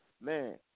Man